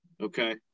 okay